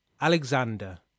Alexander